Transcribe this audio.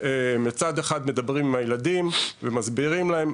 מצד אחד מדברים עם הילדים ומסבירים להם,